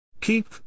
Keep